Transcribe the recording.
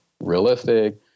realistic